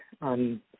on